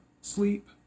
sleep